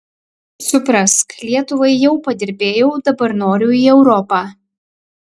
suprask lietuvai jau padirbėjau dabar noriu į europą